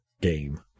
game